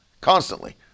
Constantly